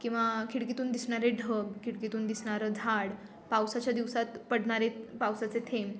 किंवा खिडकीतून दिसणारे ढग खिडकीतून दिसणारं झाड पावसाच्या दिवसात पडणारे पावसाचे थेंब